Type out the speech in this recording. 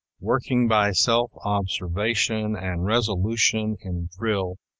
working by self-observation and resolution in drill,